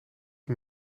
hem